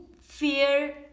fear